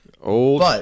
Old